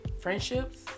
friendships